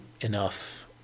enough